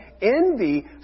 envy